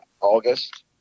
august